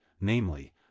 namely